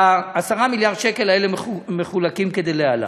ה-10 מיליארד שקל האלה מחולקים כדלהלן: